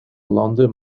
landen